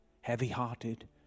heavy-hearted